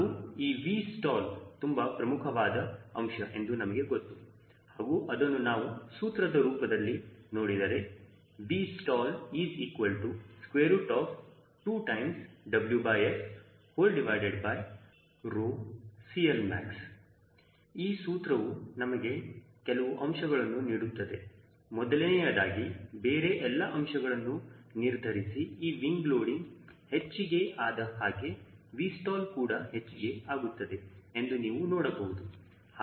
ಹಾಗೂ ಈ Vstall ತುಂಬಾ ಪ್ರಮುಖವಾದ ಅಂಶ ಎಂದು ನಮಗೆ ಗೊತ್ತು ಹಾಗೂ ಅದನ್ನು ನಾವು ಸೂತ್ರದ ರೂಪದಲ್ಲಿ ನೋಡಿದರೆ Vstall2WSCLmax ಈ ಸೂತ್ರವು ನಮಗೆ ಕೆಲವು ಅಂಶಗಳನ್ನು ನೀಡುತ್ತದೆ ಮೊದಲನೇದಾಗಿ ಬೇರೆ ಎಲ್ಲಾ ಅಂಶಗಳನ್ನು ನಿರ್ಧರಿಸಿ ಈ ವಿಂಗ್ ಲೋಡಿಂಗ್ ಹೆಚ್ಚಿಗೆ ಆದ ಹಾಗೆ 𝑉stall ಕೂಡ ಹೆಚ್ಚಿಗೆ ಆಗುತ್ತದೆ ಎಂದು ನೀವು ನೋಡಬಹುದು